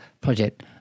project